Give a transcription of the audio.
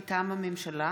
מטעם הממשלה: